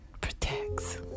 protects